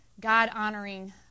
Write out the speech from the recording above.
God-honoring